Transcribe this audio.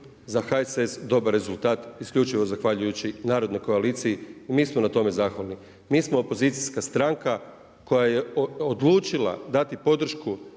za HSS dobar rezultat isključivo zahvaljujući Narodnoj koaliciji i mi smo na tome zahvalni. Mi smo opozicijska stranka koja je odlučila dati podršku